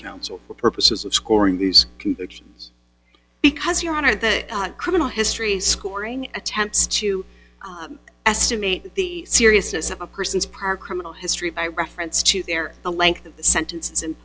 counsel for purposes of scoring these convictions because your honor the criminal history scoring attempts to estimate the seriousness of a person's prior criminal history by reference to their the length of the sentences